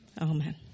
Amen